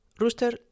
Rooster